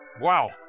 Wow